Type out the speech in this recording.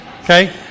Okay